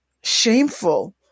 shameful